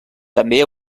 també